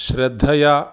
श्रद्धया